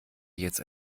jetzt